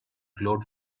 glowed